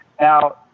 Now